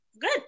good